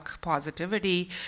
positivity